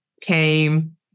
came